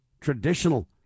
traditional